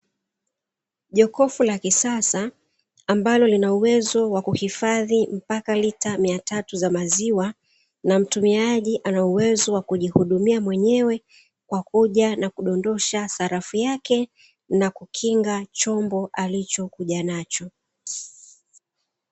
Jokofu la kisasa ambalo lina uwezo wa kuhifadhi mpaka lita mia tatu za maziwa, na mtumiaji ana uwezo wa kujihudumia mwenyewe kwa kuja na kudondosha sarafu yake, na kukinga chombo alichokuja nacho.